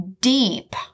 deep